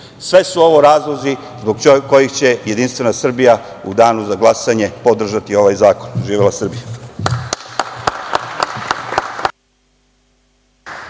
su ovo razlozi zbog kojih će Jedinstvena Srbija u danu za glasanje podržati ovaj zakon. Živela Srbija!